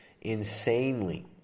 insanely